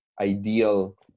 ideal